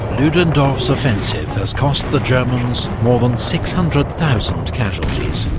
ludendorff's offensive has cost the germans more than six hundred thousand casualties,